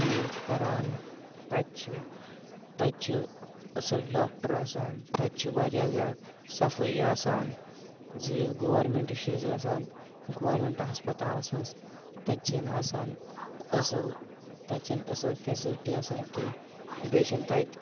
treat کران تَتہِ چھِ تَتہِ چھِ اَصٕل ڈاکٹر آسان تَتہِ چھِ واریاہ زیادٕ صفٲیی آسان زِ ییٚلہِ گورمٮ۪نٛٹَس چھِ أسۍ گژھان گورمٮ۪نٛٹ ہَسپتالَس منٛز تَتہِ چھِنہٕ آسان اَصٕل تَتہِ چھِنہٕ اَصِل فیسَلٹی آسان کینٛہہ بیٚیہِ چھِنہٕ تَتہِ